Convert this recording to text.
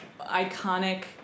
iconic